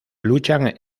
luchan